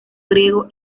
griego